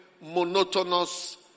monotonous